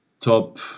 top